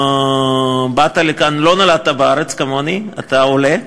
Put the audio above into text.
באת לכאן, לא נולדת בארץ, כמוני, אתה עולה.